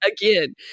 again